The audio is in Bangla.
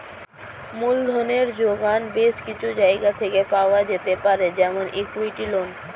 মূলধনের জোগান বেশ কিছু জায়গা থেকে পাওয়া যেতে পারে যেমন ইক্যুইটি, লোন ইত্যাদি